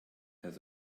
has